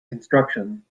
construction